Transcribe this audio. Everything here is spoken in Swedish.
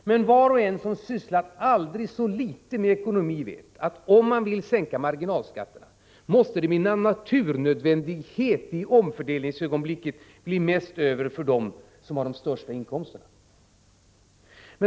Men var och en som sysslat aldrig så litet med ekonomi vet följande: Om man vill sänka marginalskatterna, måste det i omfördelningsögonblicket, med naturnödvändighet, bli mest över för dem som har de största inkomsterna.